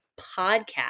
podcast